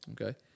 Okay